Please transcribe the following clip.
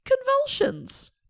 convulsions